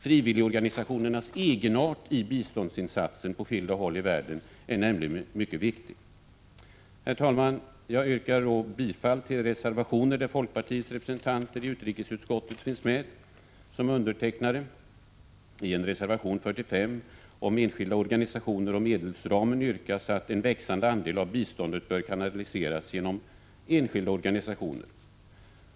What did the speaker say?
Frivilligorganisationernas egenart i biståndsinsatser på skilda håll i världen är nämligen mycket viktig. Herr talman! Jag yrkar bifall till de reservationer där folkpartiets representanter i utrikesutskottet finns med som undertecknare. I reservation 45 om enskilda organisationer och medelsramen yrkas att en växande andel av biståndet bör kanaliseras genom enskilda organisationer.